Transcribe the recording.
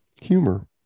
humor